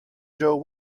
joe